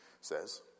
says